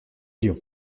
lions